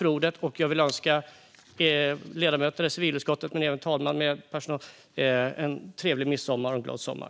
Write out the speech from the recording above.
Jag vill också önska ledamöterna i civilutskottet men även fru talmannen med personal trevlig midsommar och glad sommar.